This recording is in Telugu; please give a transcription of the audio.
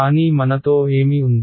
కానీ మనతో ఏమి ఉంది